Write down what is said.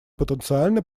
потенциально